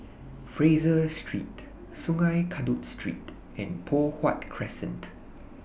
Fraser Street Sungei Kadut Street and Poh Huat Crescent